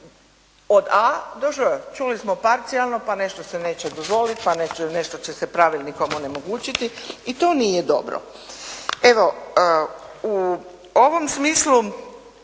od A do Ž. Čuli smo parcijalno. Pa nešto se neće dozvoliti, pa nešto će se pravilnikom onemogućiti i to nije dobro.